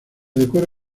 decora